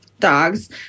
dogs